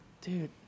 dude